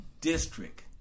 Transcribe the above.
district